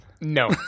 No